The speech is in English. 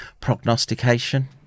prognostication